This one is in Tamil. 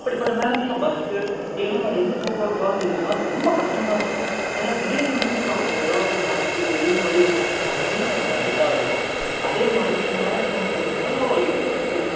அப்படிபட்ட நேரங்கள்ல பஸ் இல்லைனா வேற எந்த போக்குவரத்தாவது இல்லைனா அது ரொம்ப கஷ்டமாக இருக்குது ஏன்னா திடிர்ன்னு வந்து இப்போ அவங்களுக்கு எதாவது ஒன்று ஆச்சு இப்போ திடிர்ன்னு வலி வந்துருச்சினால் அது ரொம்ப இதாகிடும் அதே மாதிரி சில நேரங்கள்ல வந்து பார்த்தீங்கனா இது சில